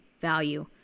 value